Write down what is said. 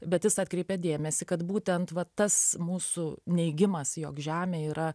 bet jis atkreipė dėmesį kad būtent va tas mūsų neigimas jog žemė yra